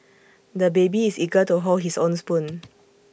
the baby is eager to hold his own spoon